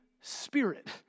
Spirit